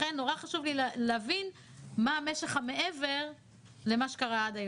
לכן נורא חשוב לי להבין מה משך המעבר למה שקרה עד היום.